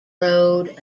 road